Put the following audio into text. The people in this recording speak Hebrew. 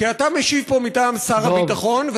כי אתה משיב פה מטעם שר הביטחון,